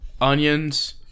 onions